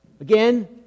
Again